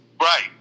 Right